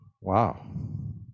Wow